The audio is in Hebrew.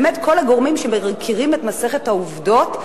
באמת כל הגורמים שמכירים את מסכת העובדות,